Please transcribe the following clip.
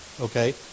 okay